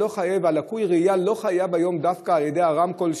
שלקוי ראייה לא חייב היום דווקא על ידי רמקול,